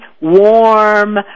warm